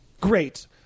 great